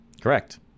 Correct